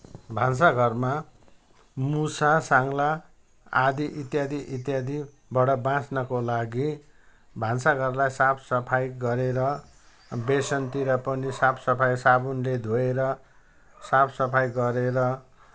भान्साघरमा मुसा साङ्ला आदि इत्यादि इत्यादिबाट बाँच्नको लागि भान्साघरलाई साफसफाई गरेर बेसिनतिर पनि साफसफाई साबुनले धोएर साफसफाई गरेर